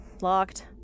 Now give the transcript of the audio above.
Locked